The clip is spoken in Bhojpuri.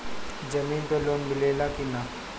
जमीन पे लोन मिले ला की ना?